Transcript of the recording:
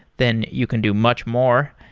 then you can do much more.